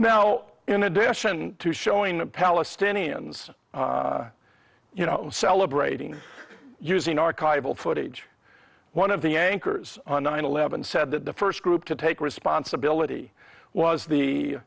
now in addition to showing the palestinians you know celebrating using archival footage one of the anchors on nine eleven said that the first group to take responsibility was the